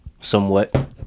somewhat